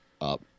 up